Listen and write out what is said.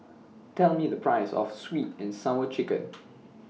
Tell Me The Price of Sweet and Sour Chicken